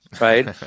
Right